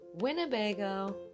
Winnebago